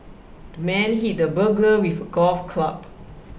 the man hit the burglar with a golf club